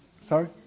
Sorry